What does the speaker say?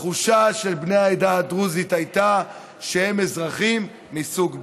התחושה של בני העדה הדרוזית הייתה שהם אזרחים מסוג ב'.